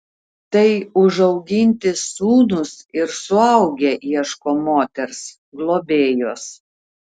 tai užauginti sūnūs ir suaugę ieško moters globėjos